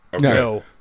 No